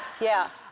yeah.